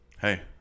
Hey